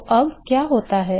तो अब क्या होता है